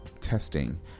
testing